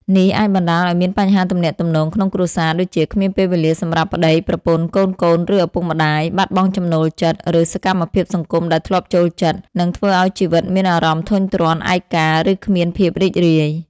នេះអាចបណ្តាលឱ្យមានបញ្ហាទំនាក់ទំនងក្នុងគ្រួសារ ដូចជា គ្មានពេលវេលាសម្រាប់ប្តី/ប្រពន្ធ កូនៗ ឬឪពុកម្តាយ បាត់បង់ចំណូលចិត្ត ឬសកម្មភាពសង្គមដែលធ្លាប់ចូលចិត្ត និងធ្វើឱ្យជីវិតមានអារម្មណ៍ធុញទ្រាន់ ឯកា ឬគ្មានភាពរីករាយ។